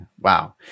Wow